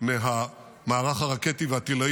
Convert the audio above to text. מהמערך הרקטי והטילי